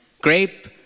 grape